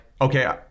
okay